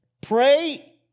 pray